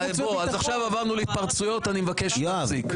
אז עכשיו עברנו להתפרצויות, אני מבקש להפסיק.